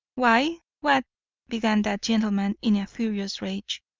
why, what began that gentleman in a furious rage.